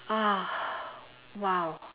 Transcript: ah !wow!